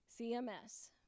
cms